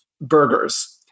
burgers